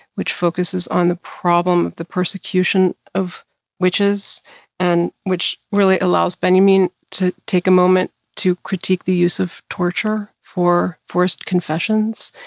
which focuses on the problem of the persecution of witches, and which really allows benjamin to take a moment to critique the use of torture, for forced confessions.